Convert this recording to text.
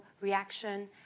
reaction